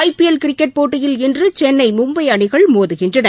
IPL cricket போட்டியில் இன்று சென்னை மும்பை அணிகள் மோதுகின்றன